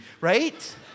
Right